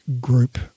group